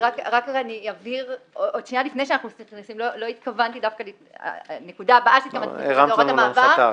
הנקודה הבאה שהתכוונתי להתייחס אליה זו הוראת המעבר,